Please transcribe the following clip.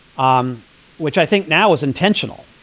um which i think now is intentional.